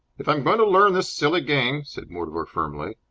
if i am going to learn this silly game, said mortimer, firmly,